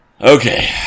okay